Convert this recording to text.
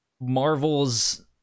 Marvel's